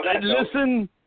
Listen